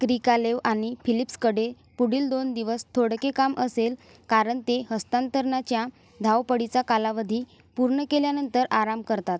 Krikalev आणि फिलिप्सकडे पुढील दोन दिवस थोडके काम असेल कारण ते हस्तांतरणाच्या धावपळीचा कालावधी पूर्ण केल्यानंतर आराम करतात